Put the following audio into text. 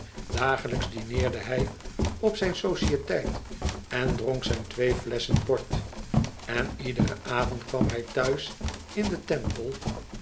dagelijks dineerde hij op zijn sociëteit en dronk zijn twee ilesschen port en iederen avond kwam hij thuis in den temple